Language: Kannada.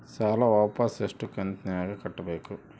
ಸಾಲ ವಾಪಸ್ ಎಷ್ಟು ಕಂತಿನ್ಯಾಗ ಕಟ್ಟಬೇಕು?